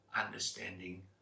understanding